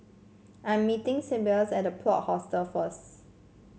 I am meeting Seamus at The Plot Hostels first